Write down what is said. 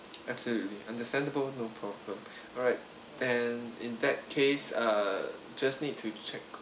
absolutely understandable no problem alright then in that case uh just need to check